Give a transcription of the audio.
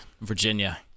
Virginia